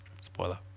Spoiler